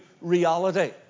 reality